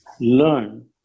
learn